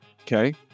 Okay